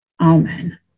Amen